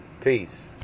Peace